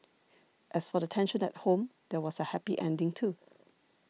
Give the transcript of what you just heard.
as for the tension at home there was a happy ending too